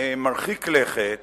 מרחיק לכת